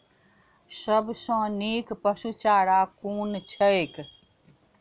सबसँ नीक पशुचारा कुन छैक?